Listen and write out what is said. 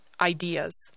ideas